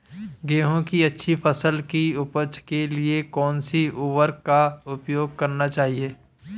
गेहूँ की अच्छी फसल की उपज के लिए कौनसी उर्वरक का प्रयोग करना चाहिए?